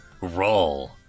roll